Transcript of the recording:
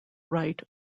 rite